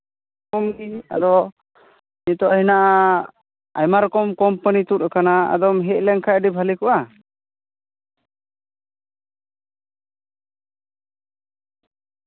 ᱟᱫᱚ ᱱᱤᱛᱳᱜ ᱦᱮᱱᱟᱜᱼᱟ ᱟᱭᱢᱟ ᱨᱚᱠᱚᱢ ᱠᱳᱢᱯᱟᱱᱤ ᱛᱩᱫ ᱟᱠᱟᱱᱟ ᱟᱫᱚᱢ ᱦᱮᱡᱞᱮᱱ ᱠᱷᱟᱡ ᱟᱹᱰᱤ ᱵᱷᱟᱞᱮ ᱠᱚᱜᱼᱟ